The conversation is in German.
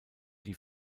die